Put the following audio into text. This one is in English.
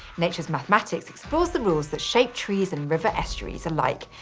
nature's mathematics explores the rules that shape trees and river estuaries alike,